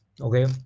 okay